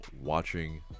watching